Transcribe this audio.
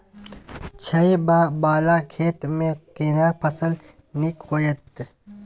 छै ॉंव वाला खेत में केना फसल नीक होयत?